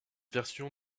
version